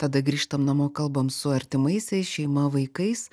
tada grįžtam namo kalbam su artimaisiais šeima vaikais